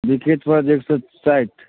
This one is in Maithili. ब्रिकेट भऽ जायत एक सए साठि